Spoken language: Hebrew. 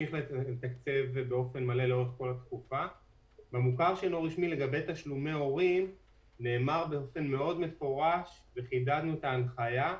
לגבי המוכר שאינו רשמי, וחידדנו את ההנחיה,